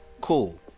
cool